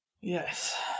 Yes